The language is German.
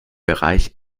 bereich